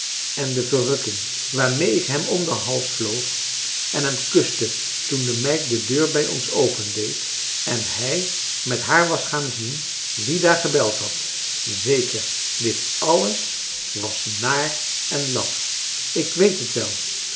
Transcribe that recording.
en de verrukking waarmee ik hem om den hals vloog en hem kuste toen de meid de deur bij ons opendeed en hij met haar was gaan zien wie daar gebeld had zeker dit alles was naar en laf ik weet het wel